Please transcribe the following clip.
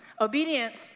Obedience